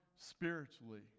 spiritually